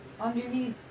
Underneath